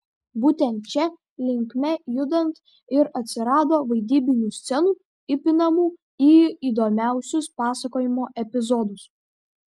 būtent šia linkme judant ir atsirado vaidybinių scenų įpinamų į įdomiausius pasakojimo epizodus